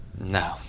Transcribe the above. No